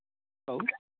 hello